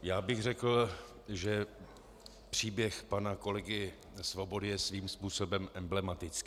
Já bych řekl, že příběh pana kolegy Svobody je svým způsobem emblematický.